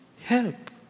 help